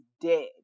dead